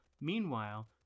Meanwhile